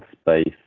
space